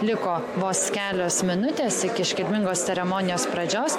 liko vos kelios minutės iki iškilmingos ceremonijos pradžios